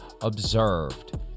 observed